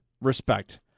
Respect